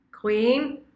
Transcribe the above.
Queen